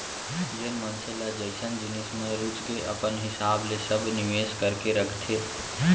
जेन मनसे ल जइसन जिनिस म रुचगे अपन हिसाब ले सब निवेस करके रखथे